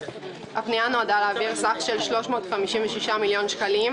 הפנייה נועדה להעביר סך של 356 מיליון שקלים